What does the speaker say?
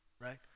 Right